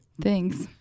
Thanks